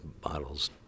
bottles